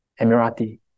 Emirati